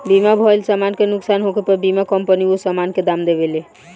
बीमा भइल समान के नुकसान होखे पर बीमा कंपनी ओ सामान के दाम देवेले